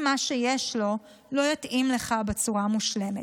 מה שיש לו לא יתאים לך בצורה מושלמת.